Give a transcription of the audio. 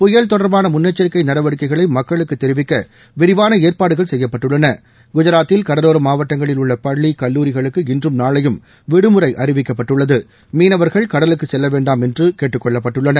புயல் தொடர்பான முன்னெச்சரிக்க நடவடிக்கைகளை மக்களுக்கு தெரிவிக்க விரிவான ஏற்பாடுகள் செய்யப்பட்டுள்ளன குஜராத்தில் கடலோரா மாவட்டங்களில் உள்ள பள்ளி கல்லூரிகளுக்கு இன்றும் நாளையும் விடுமுறை மீனவர்கள் செல்ல கடலுக்குள் வேண்டாம் என்று கேட்டுக்கொள்ளப்பட்டுள்ளனர்